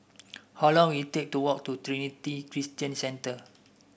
how long will it take to walk to Trinity Christian Centre